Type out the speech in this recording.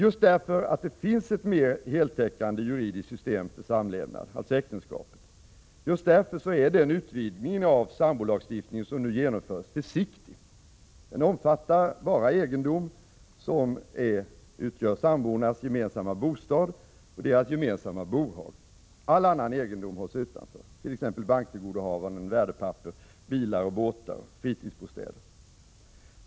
Just därför att det finns ett mer heltäckande juridiskt system för samlevnad — alltså äktenskapet — är den utvidgning av sambolagstiftningen som nu genomförs försiktig. Den omfattar bara egendom som utgör sambornas gemensamma bostad och deras gemensamma bohag. All annan egendom hålls utanför, t.ex. banktillgodohavanden, värdepapper, bilar och båtar liksom fritidsbostäder.